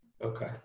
Okay